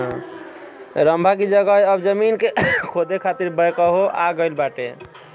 रम्भा की जगह अब जमीन के खोदे खातिर बैकहो आ गईल बाटे